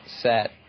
set